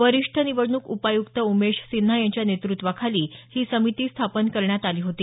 वरिष्ठ निवडणूक उपायुक्त उमेश सिन्हा यांच्या नेतृत्वाखाली ही समिती स्थापन करण्यात आली होती